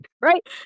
right